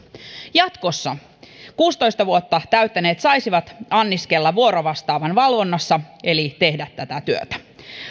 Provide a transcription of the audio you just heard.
jatkossa kuusitoista vuotta täyttäneet saisivat anniskella vuorovastaavan valvonnassa eli tehdä tätä työtä